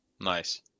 Nice